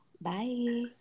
Bye